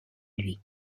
lui